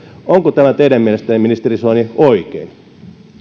onko tämä teidän mielestänne ministeri soini oikein